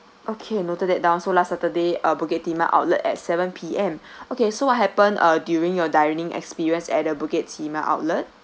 okay noted that down so last saturday uh bukit timah outlet at seven P_M okay so what happened uh during your dining experience at the bukit timah outlet